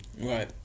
Right